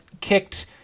kicked